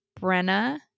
Brenna